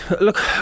look